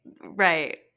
Right